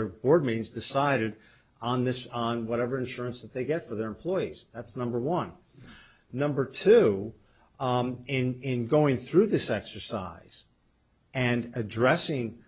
board means decided on this on whatever insurance that they get for their employees that's number one number two in going through this exercise and addressing